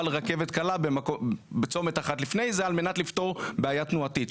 לרכבת קלה בצומת אחת לפני זה על מנת לפתור בעיה תנועתית,